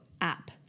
app